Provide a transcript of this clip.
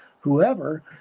whoever